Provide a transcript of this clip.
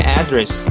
address